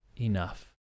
enough